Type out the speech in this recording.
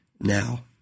now